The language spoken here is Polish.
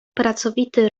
pracowity